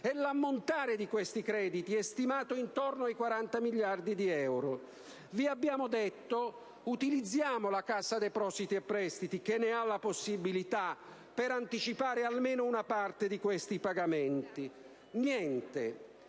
L'ammontare di questi crediti è stimato attorno ai 40 miliardi di euro. Vi abbiamo detto: utilizziamo la Cassa depositi e prestiti (che ne ha la possibilità) per anticipare almeno una parte di questi pagamenti. Niente.